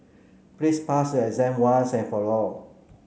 please pass your exam once and for all